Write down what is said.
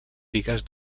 bigues